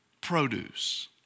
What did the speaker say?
produce